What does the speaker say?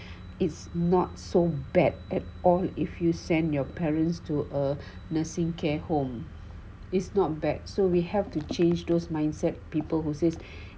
it's not so bad at all if you send your parents to a nursing care home it's not bad so we have to change those mindset people who says